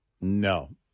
No